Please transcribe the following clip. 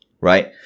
right